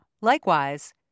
Likewise